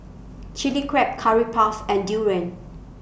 Chilli Crab Curry Puff and Durian